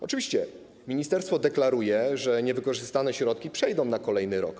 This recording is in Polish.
Oczywiście ministerstwo deklaruje, że niewykorzystane środki przejdą na kolejny rok.